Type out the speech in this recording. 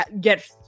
get